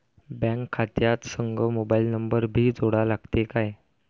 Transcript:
Bank खात्या संग mobile number भी जोडा लागते काय?